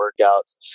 workouts